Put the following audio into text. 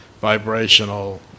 vibrational